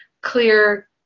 clear